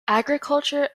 agriculture